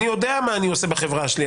אני יודע מה אני עושה בחברה שלי,